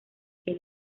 que